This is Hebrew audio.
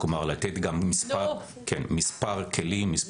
כלומר לתת גם מספר כלים,